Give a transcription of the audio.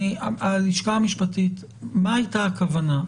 הלשכה המשפטית מה הייתה הכוונה?